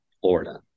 Florida